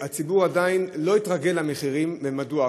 הציבור עדיין לא התרגל למחירים, ומדוע?